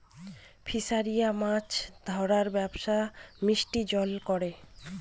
ফিসারিরা মাছ ধরার ব্যবসা মিষ্টি জলে করে